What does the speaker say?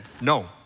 No